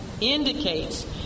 indicates